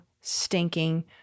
stinking